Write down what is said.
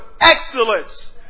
excellence